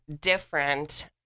different